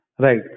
Right